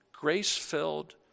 grace-filled